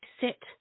sit